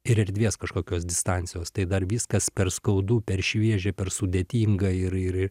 ir erdvės kažkokios distancijos tai dar viskas per skaudu per šviežia per sudėtinga ir ir ir